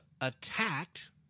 attacked